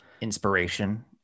inspiration